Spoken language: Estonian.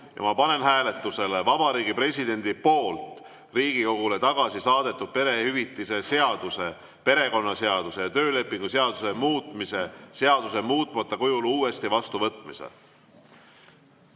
3. Ma panen hääletusele Vabariigi Presidendi poolt Riigikogule tagasi saadetud perehüvitise seaduse, perekonnaseaduse ja töölepingu seaduse muutmise seaduse muutmata kujul uuesti vastuvõtmise.